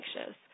anxious